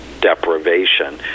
deprivation